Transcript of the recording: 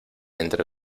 entre